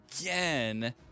Again